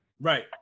Right